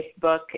Facebook